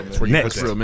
Next